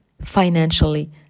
financially